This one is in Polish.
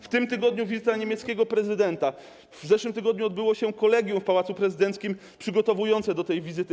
W tym tygodniu wizyta niemieckiego prezydenta, w zeszłym tygodniu odbyło się kolegium w Pałacu Prezydenckim przygotowujące do tej wizyty.